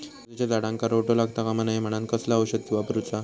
काजूच्या झाडांका रोटो लागता कमा नये म्हनान कसला औषध वापरूचा?